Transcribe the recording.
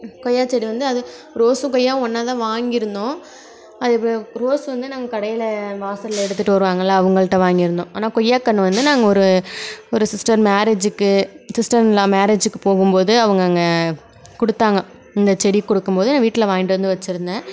கொய்யா செடி வந்து அது ரோஸும் கொய்யாவும் ஒன்னாக தான் வாங்கியிருந்தோம் அது ரோஸ் வந்து நாங்கள் கடையில் வாசலில் எடுத்துகிட்டு வருவாங்களே அவங்கள்கிட்ட வாங்கியிருந்தோம் ஆனால் கொய்யா கன்று வந்து நாங்கள் ஒரு ஒரு சிஸ்டர் மேரேஜுக்கு சிஸ்டர் இன் லா மேரேஜுக்கு போகும் போது அவங்கள் அங்கே கொடுத்தாங்க இந்த செடி கொடுக்கும் போது நான் வீட்டில் வாங்கிகிட்டு வந்து வச்சுருந்தேன்